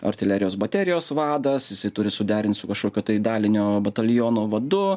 artilerijos baterijos vadas jisai turi suderint su kažkokio tai dalinio bataliono vadu